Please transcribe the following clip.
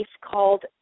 called